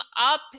up